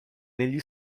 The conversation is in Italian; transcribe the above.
negli